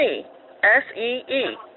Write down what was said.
S-E-E